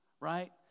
right